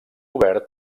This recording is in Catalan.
obert